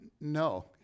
no